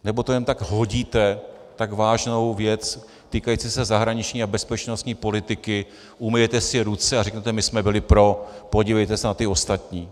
Nebo to jen tak hodíte, tak vážnou věc, týkající se zahraniční a bezpečnostní politiky, umyjete si ruce a řeknete: my jsme byli pro, podívejte se na ty ostatní?